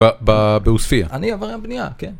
בעוספייה. אני עבריין בנייה, כן.